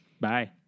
Bye